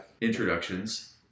introductions